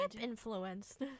influenced